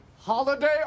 Holiday